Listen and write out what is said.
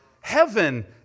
heaven